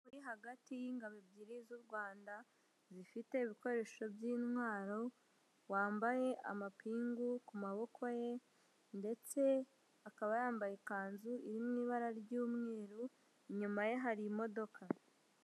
Umugabo uri hagati y'ingabo ebyiri z'u Rwanda zifite ibikoresho b'intwaro wambaye amapingu ku maboko ye ndetse akaba yambaye ikanzu iririmo ibara ry'umweru, inyuma ye hari imodoka.